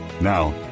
Now